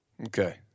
Okay